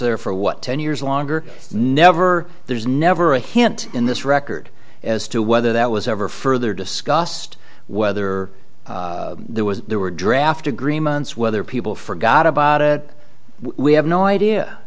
there for what ten years or longer never there's never a hint in this record as to whether that was ever further discussed whether there was there were draft agreements whether people forgot about it we have no idea